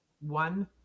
one